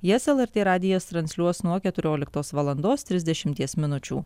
jas lrt radijas transliuos nuo keturioliktos valandos trisdešimties minučių